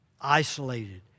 isolated